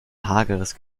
hageres